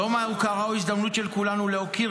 יום ההוקרה הוא הזדמנות של כולנו להוקיר